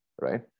right